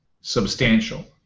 substantial